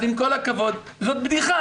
אז עם כל הכבוד, זו בדיחה.